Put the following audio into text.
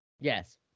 Yes